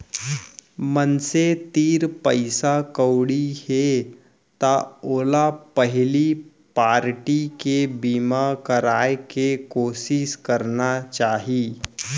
मनसे तीर पइसा कउड़ी हे त ओला पहिली पारटी के बीमा कराय के कोसिस करना चाही